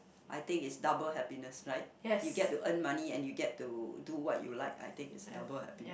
I think it's double happiness right you get to earn money and you get to do what you like I think it's double happi~